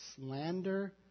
slander